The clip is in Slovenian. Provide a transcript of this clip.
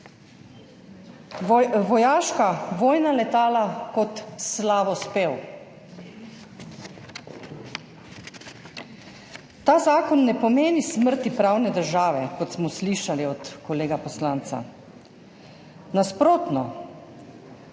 vojaška vojna letala kot slavospev. Ta zakon ne pomeni smrti pravne države, kot smo slišali od kolega poslanca. Nasprotno,